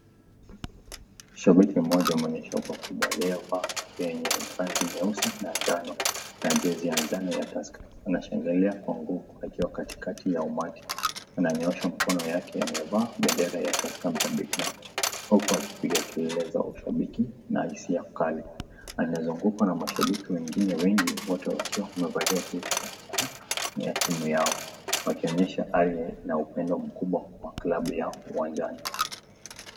Shabiki mmoja mwenye shoka kubwa aliyevaa kofia yenye rangi nyeusi na njano, na jezi ya njano ya Tusker, anatembelea kwa mguu akiwa katikati ya umati. Ananyosha mikono yake imevaa bendera ya Tusker mabegani, huku akipiga kelele za ushabiki na hisia kali. Anazungukwa na mashabiki wengine wengi, wote wakiwa wamevalia jezi za njano ya timu yao wakionyesha hali ya upendo mkubwa wa klabu yao uwanjani.